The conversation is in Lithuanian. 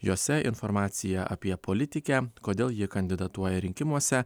jose informacija apie politikę kodėl ji kandidatuoja rinkimuose